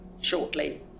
shortly